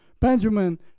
Benjamin